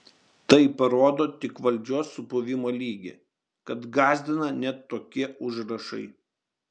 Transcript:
tai parodo tik valdžios supuvimo lygį kad gąsdina net tokie užrašai